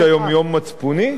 יש היום יום מצפוני?